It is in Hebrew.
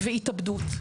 התאבדות,